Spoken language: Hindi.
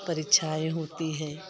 परीक्षाएँ होती हैं